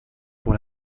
pour